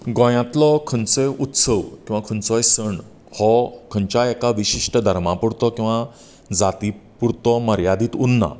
गोंयांतलो खंयचोय उत्सव किंवा खंयचोय सण हो खंयच्या एक विशिश्ट धर्मा पुरतो किंवा जाती पुरतो मर्यादीत उरना